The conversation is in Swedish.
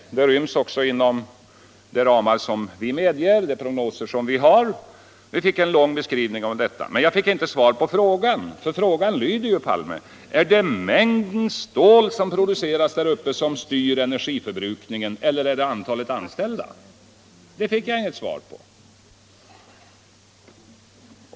Men detta ryms ju också inom ramarna för de prognoser som vi har gjort. Vi fick som sagt en lång beskrivning, men jag fick ändå inte något svar på frågan. Frågan lyder, herr Palme: Är det mängden stål som produceras där uppe som styr energiförbrukningen eller är det antalet anställda? Det fick jag inget svar på.